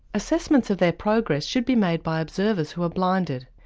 assessments of their progress should be made by observers who are blinded.